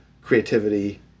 creativity